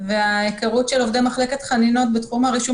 וההיכרות של עובדי מחלקת חנינות בתחום הרישום